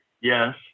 Yes